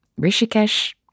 Rishikesh